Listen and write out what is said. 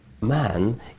man